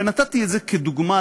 ונתתי את זה כדוגמה,